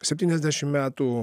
septyniasdešim metų